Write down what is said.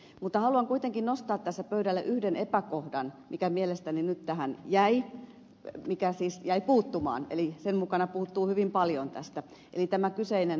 mutta haluan kuitenkin nostaa tässä pöydälle yhden epäkohdan mikä mielestäni nyt tähän jäi mikä siis jäi puuttumaan eli sen mukana puuttuu hyvin paljon tästä eli tämä kyseinen kampanjakatto